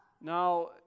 Now